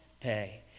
pay